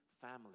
family